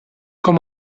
com